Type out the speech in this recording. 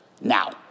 Now